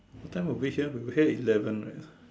what time were we here we were here eleven right